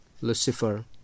Lucifer